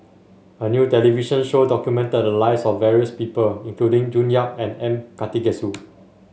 a new television show documented the lives of various people including June Yap and M Karthigesu